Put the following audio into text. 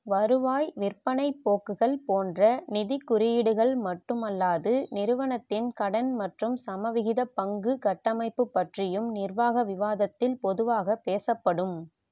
வருவாய் விற்பனைப் போக்குகள் போன்ற நிதி குறியீடுகள் மட்டுமல்லாது நிறுவனத்தின் கடன் மற்றும் சமவிகிதப் பங்கு கட்டமைப்பு பற்றியும் நிர்வாக விவாதத்தில் பொதுவாக பேசப்படும்